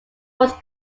was